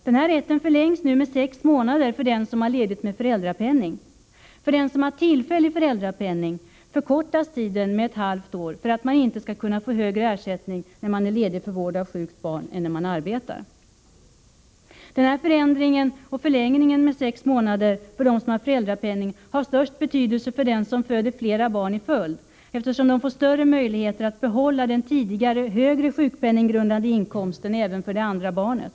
Denna tid förlängs nu med sex månader för den som har ledigt med föräldrapenning. För den som har tillfällig föräldrapenning förkortas tiden med ett halvt år, för att man inte skall kunna få högre ersättning när man är ledig för vård av sjukt barn än när man arbetar. Den här förändringen och förlängningen med sex månader för dem som har föräldrapenning har störst betydelse för dem som föder flera barn i följd, eftersom de får större möjligheter att behålla den tidigare högre sjukpenninggrundande inkomsten även för det andra barnet.